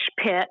pit